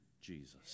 Jesus